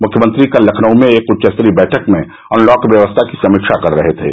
मुख्यमंत्री कल लखनऊ में एक उच्चस्तरीय बैठक में अनलॉक व्यवस्था की समीक्षा कर रहे थे